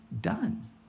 done